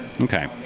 Okay